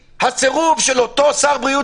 מהסירוב של אותו שר בריאות,